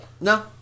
No